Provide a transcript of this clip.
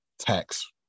tax